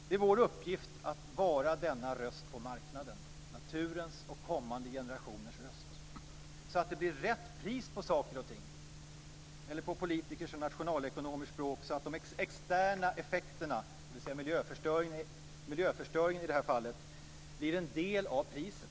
Det är vår uppgift att vara denna röst på marknaden, naturens och kommande generationers röst, så att det blir rätt pris på saker och ting, eller, på politikers och nationalekonomers språk: så att de externa effekterna, dvs. miljöförstöring i det här fallet, blir en del av priset.